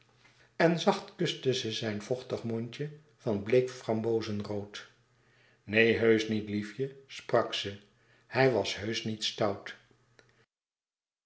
en zacht kuste ze zijn vochtig mondje van bleek frambozenrood neen heusch niet liefje sprak ze hij was heusch niet stout